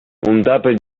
пӗлтернӗ